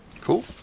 Cool